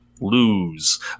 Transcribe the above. lose